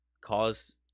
cause